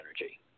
energy